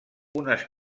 unes